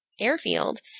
airfield